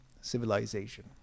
civilization